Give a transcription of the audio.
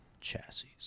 chassis